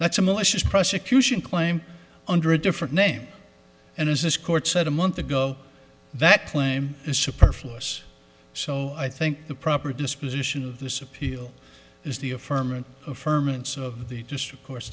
that's a malicious prosecution claim under a different name and as this court said a month ago that claim is superfluous so i think the proper disposition of this appeal is the affirm and affirm and so of the district cour